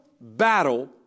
battle